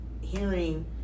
hearing